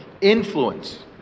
Influence